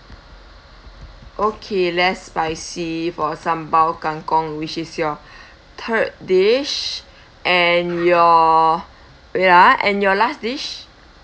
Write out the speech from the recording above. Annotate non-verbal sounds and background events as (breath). okay less spicy for sambal kangkong which is your (breath) third dish and your wait ah and your last dish